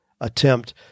attempt